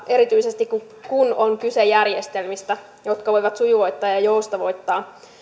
erityisesti kun on kyse järjestelmistä jotka voivat sujuvoittaa ja ja joustavoittaa